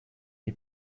die